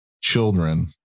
children